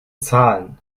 zahlen